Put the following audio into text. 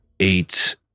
Eight